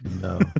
No